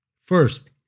First